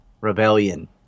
rebellion